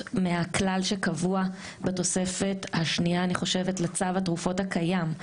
מהכלל שקבוע בתוספת השנייה לצו התרופות הקיים,